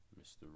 Mr